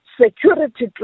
security